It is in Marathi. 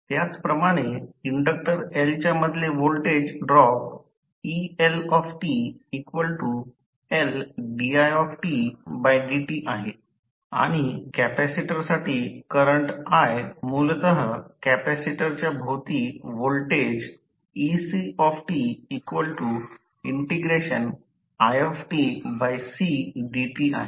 त्याचप्रमाणे इंडक्टर Lच्या मधले व्होल्टेज ड्रॉपeLtLdidt आहे आणि कॅपेसिटरसाठी करंट i मूलतः कॅपेसिटरच्या भोवती व्होल्टेज ectiCdt आहे